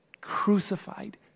crucified